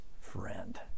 friend